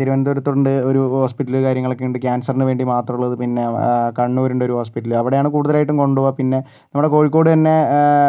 തിരുവനന്തപുരത്തുണ്ട് ഒരു ഹോസ്പിറ്റല് കാര്യങ്ങളൊക്കെയുണ്ട് ക്യാൻസറിന് വേണ്ടി മാത്രമുള്ളത് പിന്നെ കണ്ണൂരുണ്ട് ഒരു ഹോസ്പിറ്റല് അവിടെയാണ് കുടുതലായിട്ടും കൊണ്ടുപോവുക പിന്നെ നമ്മളുടെ കോഴിക്കോട് തന്നെ